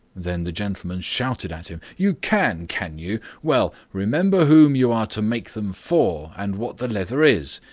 then the gentleman shouted at him you can, can you? well, remember whom you are to make them for, and what the leather is.